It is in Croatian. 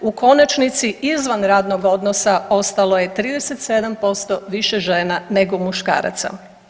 U konačnici izvan radnog odnosa ostalo je 37% više žena nego muškaraca.